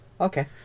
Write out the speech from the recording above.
Okay